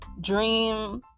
dream